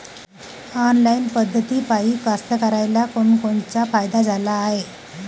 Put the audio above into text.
Online पद्धतीपायी कास्तकाराइले कोनकोनचा फायदा झाला हाये?